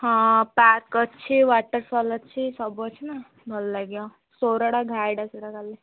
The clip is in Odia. ହଁ ପାର୍କ ଅଛି ୱାଟର୍ ଫଲ୍ ଅଛି ସବୁ ଅଛି ନା ଭଲ ଲାଗିବ ସୋରଡ଼ା ଘାଇଟା ସେଇଟା ଚାଲେ